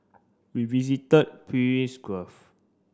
we visited Gulf